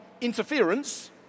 interference